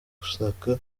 gusaka